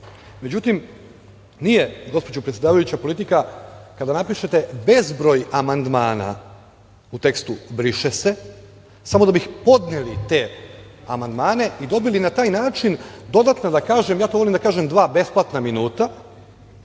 vodimo.Međutim, nije, gospođo predsedavajuća, politika kada napišete bezbroj amandmana u tekstu - briše se, samo da bi podneli te amandmane i dobili na taj način, kako ja to volim da kažem, dva besplatna minuta,